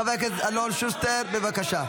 חבר הכנסת אלון שוסטר, בבקשה.